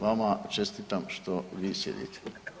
Vama čestitam što vi sjedite.